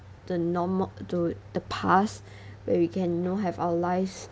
the norma~ to the past where we can know have our lives